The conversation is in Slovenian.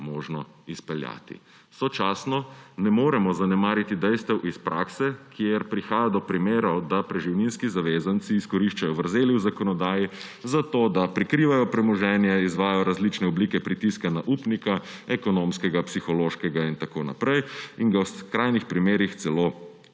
možno izpeljati. Sočasno ne moremo zanemariti dejstev iz prakse, kjer prihaja do primerov, da preživninski zavezanci izkoriščajo vrzeli v zakonodaji zato, da prikrivajo premoženje, izvajajo različne oblike pritiska na upnika, ekonomskega, psihološkega, in ga v skrajnih primerih celo